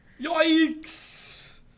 Yikes